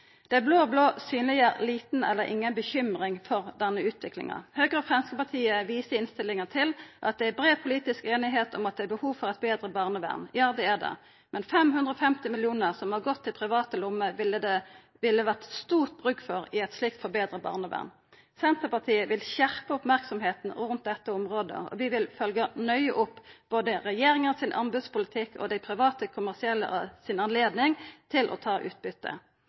Dei blå-blå synleggjer lita eller inga uro for denne utviklinga. Høgre og Framstegspartiet viser i innstillinga til at det er brei politisk einigheit om at det er behov for eit betre barnevern. Ja, det er det. Men 550 mill. kr som har gått til private lommer ville det ha vore stor bruk for i eit slikt forbetra barnevern. Senterpartiet vil skjerpa merksemda rundt dette området. Vi vil nøye følgja opp både anbotspolitikken til regjeringa og høvet til dei private kommersielle til å ta